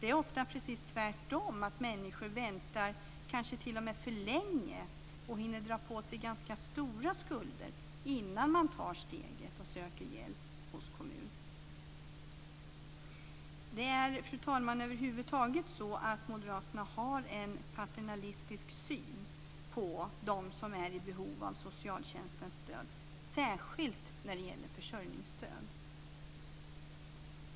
Det är ofta precis tvärtom, att människor kanske t.o.m. väntar för länge och hinner dra på sig ganska stora skulder innan de tar steget och söker hjälp hos kommunen. Det är över huvud taget så, fru talman, att moderaterna har en paternalistisk syn på dem som är i behov av socialtjänstens stöd, särskilt när det gäller försörjningsstöd.